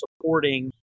supporting